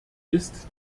ist